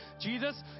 Jesus